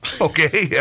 Okay